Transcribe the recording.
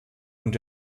und